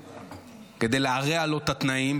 כדי להרע לו את התנאים,